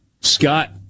Scott